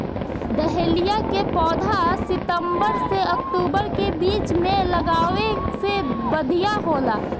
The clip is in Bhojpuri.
डहेलिया के पौधा सितंबर से अक्टूबर के बीच में लागावे से बढ़िया होला